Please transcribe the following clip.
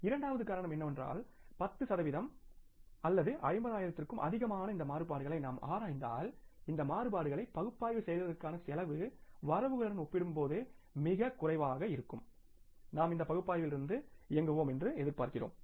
இரண்டாவது காரணம் என்னவென்றால் 10 சதவிகிதம் அல்லது 50 ஆயிரத்துக்கும் அதிகமான இந்த மாறுபாடுகளை நாம் ஆராய்ந்தால் இந்த மாறுபாடுகளை பகுப்பாய்வு செய்வதற்கான செலவு வரவுகளுடன் ஒப்பிடும்போது மிகக் குறைவாக இருக்கும் நாம் இந்த பகுப்பாய்விலிருந்து இயக்குவோம் என்று எதிர்பார்க்கிறோம்